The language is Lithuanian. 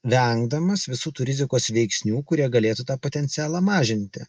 vengdamas visų tų rizikos veiksnių kurie galėtų tą potencialą mažinti